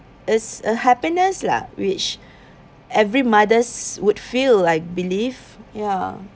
is a happiness lah which every mothers would feel like I believe ya